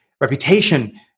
Reputation